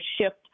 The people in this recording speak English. shift